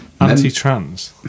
Anti-trans